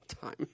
time